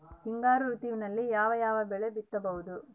ಹಿಂಗಾರು ಋತುವಿನಲ್ಲಿ ಯಾವ ಯಾವ ಬೆಳೆ ಬಿತ್ತಬಹುದು?